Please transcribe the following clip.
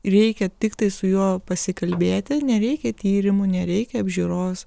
reikia tiktai su juo pasikalbėti nereikia tyrimų nereikia apžiūros